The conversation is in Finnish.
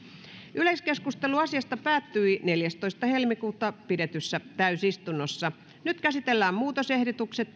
yleiskeskustelu asiasta päättyi neljästoista toista kaksituhattayhdeksäntoista pidetyssä täysistunnossa nyt käsitellään muutosehdotukset